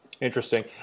Interesting